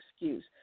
excuse